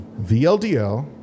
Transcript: VLDL